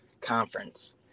conference